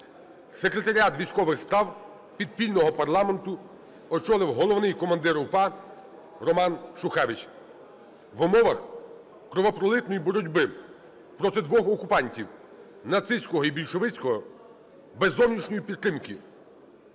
Секретаріат військових справ підпільного парламенту очолив головний командир УПА Роман Шухевич. В умовах кровопролитної боротьби проти двох окупантів нацистського і більшовицького без зовнішньої підтримки